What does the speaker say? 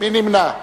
מי נמנע?